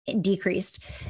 decreased